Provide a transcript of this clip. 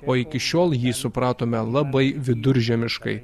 o iki šiol jį supratome labai viduržemiškai